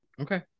Okay